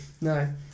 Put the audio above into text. No